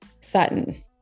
Sutton